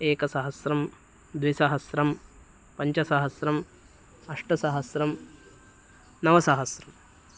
एकसहस्रं द्विसहस्रं पञ्चसहस्रम् अष्टसहस्रं नवसहस्रम्